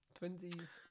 twinsies